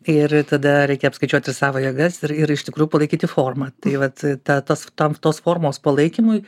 ir tada reikia apskaičiuoti savo jėgas ir ir iš tikrųjų palaikyti formą tai vat ta tas tam tos formos palaikymui